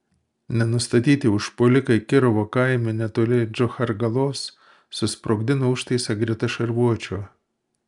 nenustatyti užpuolikai kirovo kaime netoli džochargalos susprogdino užtaisą greta šarvuočio